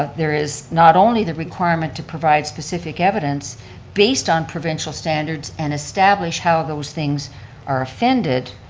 ah there is not only the requirement to provide specific evidence based on provincial standards and establish how those things are offended,